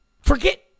Forget